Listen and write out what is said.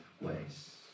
ways